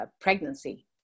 pregnancy